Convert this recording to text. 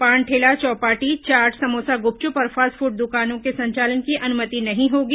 पान ठेला चौपाटी चाट समोसा गुपचुप और फास्ट फूड द्कानों के संचालन की अनुमति नहीं होगी